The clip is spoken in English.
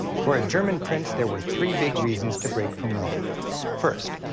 for a german prince, there were three big reasons to break from rome first,